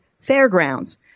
fairgrounds